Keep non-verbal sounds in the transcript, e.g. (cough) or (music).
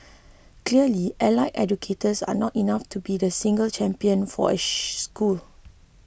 clearly allied educators are not enough to be the single champion for (noise) school